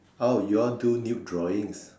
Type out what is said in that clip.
oh you all do nude drawings